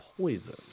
poison